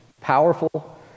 powerful